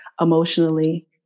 emotionally